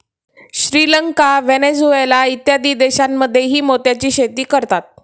Sri Lanka, Venezuela इत्यादी देशांमध्येही मोत्याची शेती करतात